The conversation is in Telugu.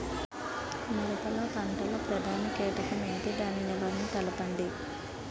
మిరప పంట లో ప్రధాన కీటకం ఏంటి? దాని నివారణ తెలపండి?